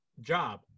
job